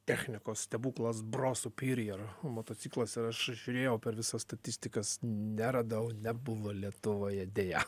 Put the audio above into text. technikos stebuklas bro supirior motociklas ir aš žiūrėjau per visas statistikas neradau nebuvo lietuvoje deja